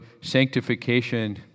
sanctification